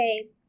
Okay